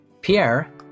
Pierre